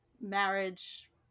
marriage